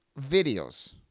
videos